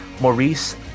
Maurice